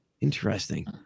Interesting